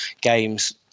games